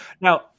Now